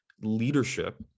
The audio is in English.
leadership